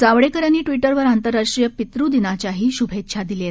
जावडेकर यांनी ट्विटरवर आंतरराष्ट्रीय पितुदिनाघ्याही शुभेच्छा दिल्या आहेत